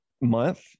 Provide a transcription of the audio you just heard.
month